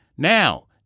Now